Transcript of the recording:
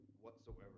whatsoever